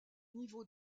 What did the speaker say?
niveau